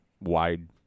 wide